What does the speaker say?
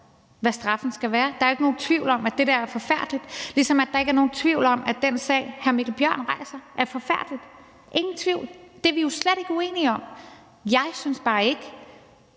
hvad straffen skal være. Der er ikke nogen tvivl om, at det der er forfærdeligt, ligesom der ikke er nogen tvivl om, at den sag, hr. Mikkel Bjørn nævner, er forfærdelig. Der er ingen tvivl om det. Det er vi jo slet ikke uenige om. Jeg synes bare ikke,